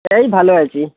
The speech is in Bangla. এই ভালো আছি